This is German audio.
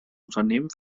unternehmen